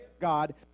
God